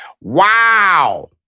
Wow